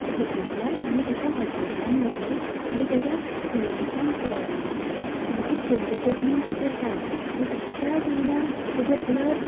हेतूंतल्यान आमी ताका हॉस्पिटलान व्हेलें आनी ताच्या पेरेण्सांक कळयलें मागीर फुडलें ट्रिटमेंट ताजेर जालें बट त्या टायमार तेजें ब्लड